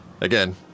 Again